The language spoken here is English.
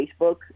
Facebook